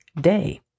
day